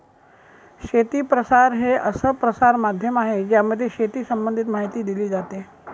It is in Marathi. शेती प्रसार हे असं प्रसार माध्यम आहे ज्यामध्ये शेती संबंधित माहिती दिली जाते